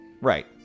Right